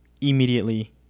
immediately